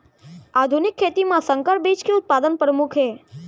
आधुनिक खेती मा संकर बीज के उत्पादन परमुख हे